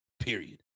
period